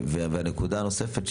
נקודה נוספת,